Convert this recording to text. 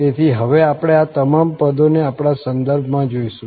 તેથી હવે આપણે આ તમામ પદોને આપણા સંદર્ભમાં જોઈશું